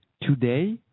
Today